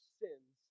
sins